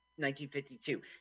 1952